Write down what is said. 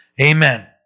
Amen